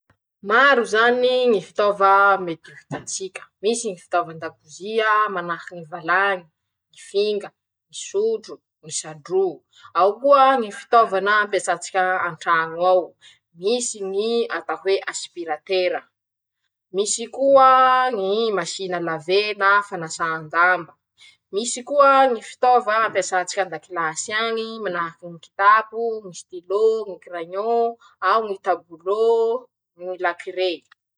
Maro zany ñy fitaova. mety ho hitatsika: -Misy ñy fitaova an-dakozia manahaky ñy valañy; finga; sotro; ñy sadro; ao koa ñy fitaovana ampiasatsika antraño ao. misy ñy atao hoe asipiratera; misy koa ñy masiny a laver na fanasan-damba, misy koa ñy fitaova ampiasa tsika an-dakilasy añy, manahaky ñy kitapo; ñy sitilô; ñy kiraion; ao ñy tabolô; ñy lakiré..